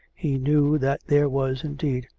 he knew that there was, indeed,